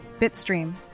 Bitstream